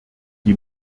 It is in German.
die